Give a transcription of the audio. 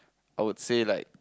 I would say like